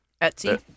Etsy